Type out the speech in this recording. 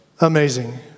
Amazing